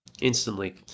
instantly